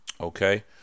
okay